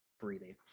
breathing